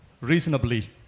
reasonably